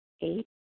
Eight